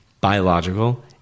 biological